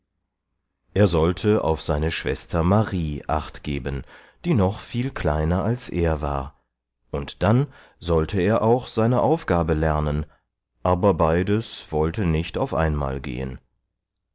er sollte auf seine schwester marie achtgeben die noch viel kleiner als er war und dann sollte er auch seine aufgabe lernen aber beides wollte nicht auf einmal gehen